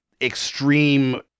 extreme